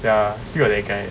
ya still got that guy eh